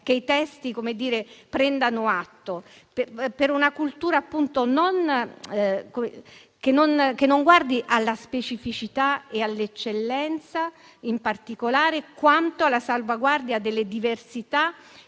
che i testi prendano atto, per una cultura che non guardi tanto alla specificità e all'eccellenza, quanto alla salvaguardia delle diversità